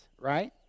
right